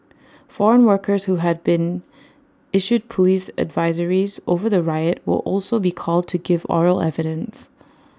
foreign workers who had been issued Police advisories over the riot will also be called to give oral evidence